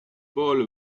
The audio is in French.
paul